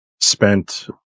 spent